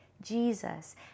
jesus